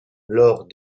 lors